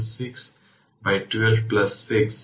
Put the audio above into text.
এই 7 Ω সেখানে থাকবে না কারণ এই ইন্ডাক্টরটি শর্ট সার্কিট